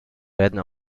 werden